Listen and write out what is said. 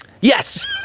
Yes